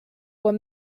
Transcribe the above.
were